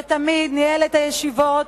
שתמיד ניהל את הישיבות